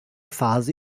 phase